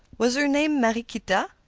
was her name mariequita?